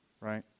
right